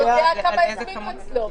הוא יודע כמה הזמינו אצלו,